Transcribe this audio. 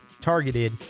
targeted